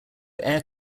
air